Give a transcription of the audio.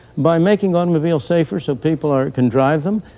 by making automobiles safer so people are can drive them,